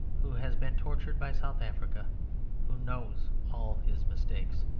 who has been tortured by south africa who knows all his mistakes,